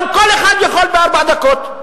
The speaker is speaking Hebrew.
כל אחד יכול בארבע דקות.